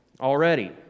already